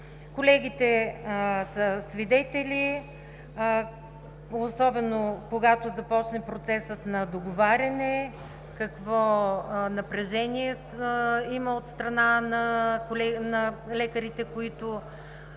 Колегите са свидетели, особено когато започне процесът на договаряне, какво напрежение има от страна на лекарите, които